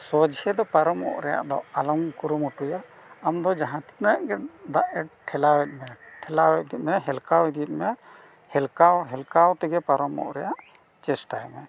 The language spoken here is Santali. ᱥᱚᱡᱷᱮ ᱫᱚ ᱯᱟᱨᱚᱢᱚᱜ ᱨᱮᱭᱟᱜ ᱫᱚ ᱟᱞᱚᱢ ᱠᱩᱨᱩᱢᱩᱴᱩᱭᱟ ᱟᱢ ᱫᱚ ᱡᱟᱦᱟᱸ ᱛᱤᱱᱟᱹᱜ ᱜᱮ ᱫᱟᱜ ᱮ ᱴᱷᱮᱞᱟᱣ ᱮᱫ ᱢᱮ ᱴᱷᱮᱞᱟᱣ ᱤᱫᱤᱜ ᱢᱮ ᱦᱮᱞᱠᱟᱣ ᱤᱫᱤᱜ ᱢᱮ ᱦᱮᱞᱠᱟᱣ ᱦᱮᱞᱠᱟᱣ ᱛᱮᱜᱮ ᱯᱟᱨᱚᱢᱚᱜ ᱨᱮᱭᱟᱜ ᱪᱮᱥᱴᱟᱭ ᱢᱮ